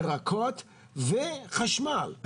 ירקות וחשמל.